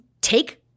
take